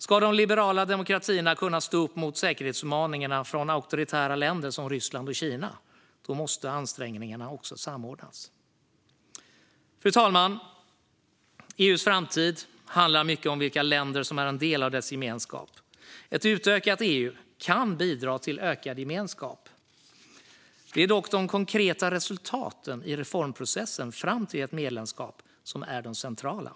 Ska de liberala demokratierna kunna stå upp mot säkerhetsutmaningarna från auktoritära länder som Ryssland och Kina måste ansträngningarna också samordnas. Fru talman! EU:s framtid handlar mycket om vilka länder som är en del av dess gemenskap. Ett utökat EU kan bidra till ökad gemenskap. Det är dock de konkreta resultaten i reformprocessen fram till ett medlemskap som är det centrala.